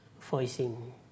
voicing